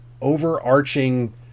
overarching